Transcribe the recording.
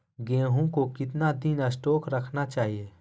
गेंहू को कितना दिन स्टोक रखना चाइए?